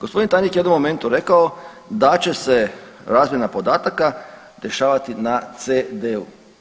Gospodin tajnik je u jednom momentu rekao da će se razmjena podataka rješavati na CD.